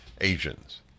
Asians